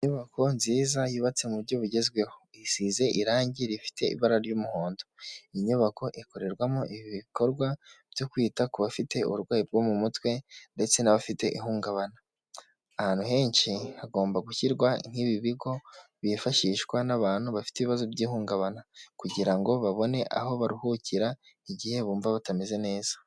Inyubako nziza yubatse mu buryo bugezweho isize irangi rifite ibara ry'umuhondo, iyi nyubako ikorerwamo ibikorwa byo kwita ku bafite uburwayi bwo mu mutwe ndetse n'abafite ihungabana. Ahantu henshi hagomba gushyirwa nk'ibi bigo byifashishwa n'abantu bafite ibibazo by'ihungabana kugira ngo babone aho baruhukira igihe bumva batameze neza.